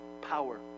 power